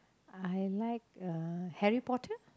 I like uh Harry-Potter